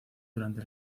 durante